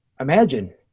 Imagine